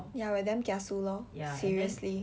ya we are damn kiasu lor seriously